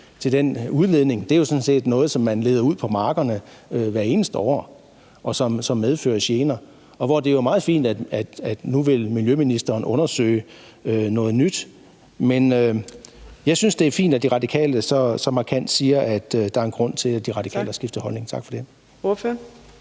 til den udledning, for det er sådan set noget, man leder ud på markerne hvert eneste år, og som medfører gener. Det er meget fint, at miljøministeren nu vil undersøge noget nyt. Jeg synes, det er fint, at De Radikale så markant siger, at der er en grund til, at De Radikale har skiftet holdning. Tak for det.